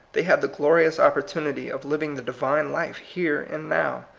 they have the glorious opportunity of living the divine life here and now.